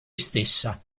stessa